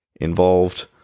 involved